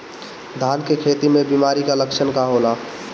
धान के खेती में बिमारी का लक्षण का होला?